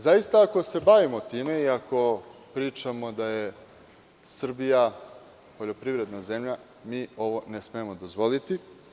Zaista, ako se bavimo time i ako pričamo da je Srbija poljoprivredna zemlja, mi ovo ne smemo dozvoliti.